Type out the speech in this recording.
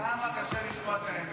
כמה קשה לשמוע את האמת.